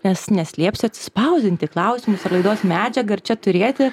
nes neslėpsiu atsispausdinti klausimus ar laidos medžiagą ir čia turėti